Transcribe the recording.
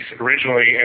originally